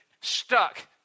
stuck